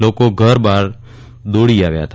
લોકો ઘરબહાર દોડી આવ્યાહતા